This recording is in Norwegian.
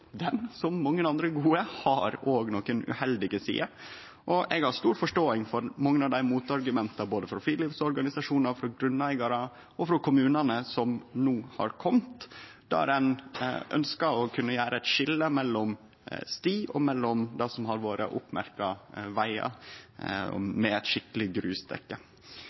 som mange andre gode – òg har nokre uheldige sider. Eg har stor forståing for mange av motargumenta som no er komne både frå friluftsorganisasjonar, frå grunneigarar og frå kommunane, der ein ønskjer å kunne gjere eit skilje mellom sti og det som har vore merkte vegar med eit skikkeleg grusdekke.